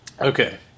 Okay